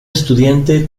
estudiante